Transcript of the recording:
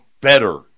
better